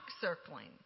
circling